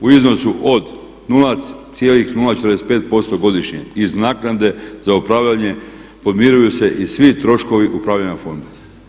U iznosu od 0,045% godišnje iz naknade za upravljanje podmiruju se i svi troškovi upravljanja fondom.